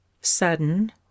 Sudden